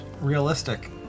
realistic